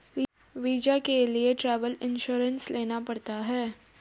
visa के लिए travel insurance लेना पड़ता है